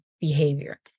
behavior